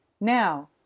Now